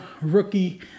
rookie